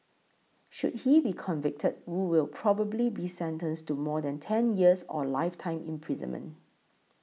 should he be convicted Wu will probably be sentenced to more than ten years or lifetime imprisonment